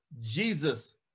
Jesus